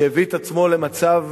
שהביא את עצמו למצב